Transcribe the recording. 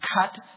cut